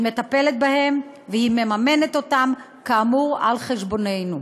היא מטפלת בהם והיא מממנת אותם כאמור על חשבוננו.